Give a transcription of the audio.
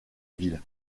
ville